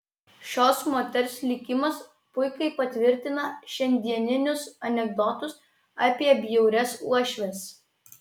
šios moters likimas puikiai patvirtina šiandieninius anekdotus apie bjaurias uošves